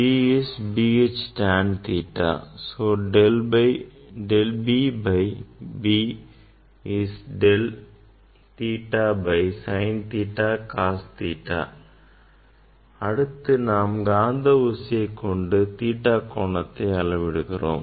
B is B H tan theta so del B by B is del theta by sin theta cos theta அடுத்து நாம் காந்த ஊசியைக் கொண்டு theta கோணத்தை அளவீடுகிறோம்